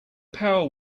pail